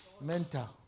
mental